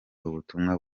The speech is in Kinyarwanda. ubutumwa